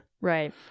Right